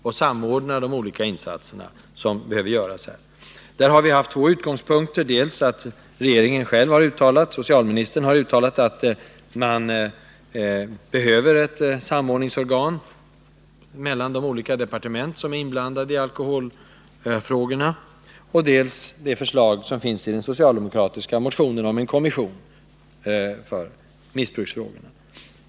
Utskottet har här haft två utgångspunkter: dels att socialministern har uttalat att det finns behov av ett organ för samordning mellan de olika departement som behandlar alkoholfrågor, dels det socialdemokratiska motionsförslaget om en kommission mot missbruk.